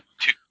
Two